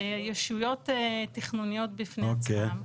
ישויות תכנוניות בפני עצמן.